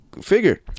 figure